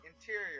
Interior